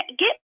get